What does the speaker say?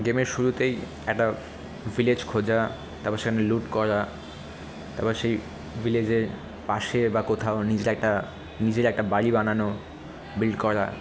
গেমের শুরুতেই একটা ভিলেজ খোঁজা তারপর সেখানে লুট করা তারপর সেই ভিলেজের পাশে বা কোথাও নিজের একটা নিজের একটা বাড়ি বানানো বিল্ড করা